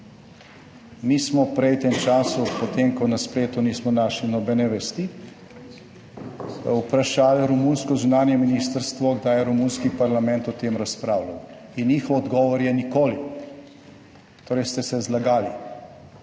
Mi smo prej v tem času, potem ko na spletu nismo našli nobene vesti, vprašali romunsko zunanje ministrstvo, kdaj je romunski parlament o tem razpravljal. In njihov odgovor je: nikoli. Torej ste se zlagali.